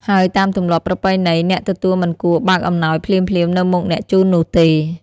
ហើយតាមទម្លាប់ប្រពៃណី អ្នកទទួលមិនគួរ បើកអំណោយភ្លាមៗ នៅមុខអ្នកជូននោះទេ។